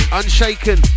unshaken